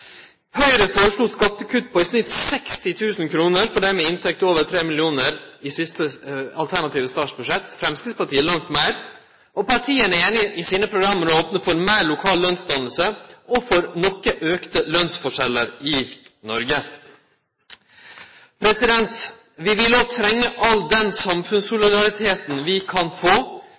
Høgre foreslo skattekutt på i snitt 60 000 kr for dei med inntekt over 3 mill. kr i siste alternative statsbudsjett og Framstegspartiet langt meir. Partia er einige i sine program om å opne for meir lokal lønsdanning og for noko auka lønsforskjellar i Noreg. Vi vil òg trenge all den samfunnssolidariteten som vi kan få